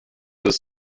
was